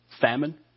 famine